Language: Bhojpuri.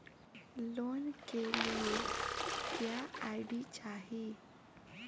लोन के लिए क्या आई.डी चाही?